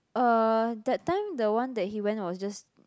uh that time the one that he went was just